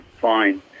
fine